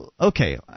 Okay